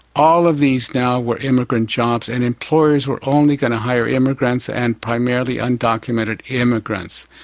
all of these now were immigrant jobs, and employers were only going to hire immigrants and primarily undocumented immigrants.